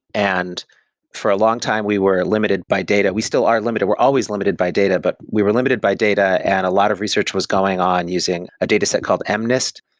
and for a long time, we were limited by data. we still aren't limited we're always limited by data, but we were limited by data and a lot of research was going on using a dataset called um mnest,